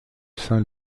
saint